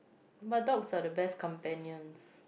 but dogs are the best companions